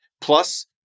plus